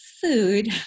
food